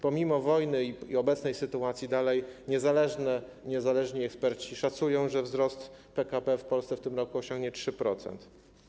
Pomimo wojny i obecnej sytuacji nadal niezależni eksperci szacują, że wzrost PKB w Polsce w tym roku osiągnie 3%.